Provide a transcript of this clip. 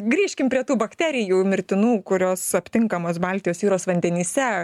grįžkim prie tų bakterijų mirtinų kurios aptinkamos baltijos jūros vandenyse